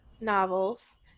novels